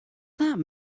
that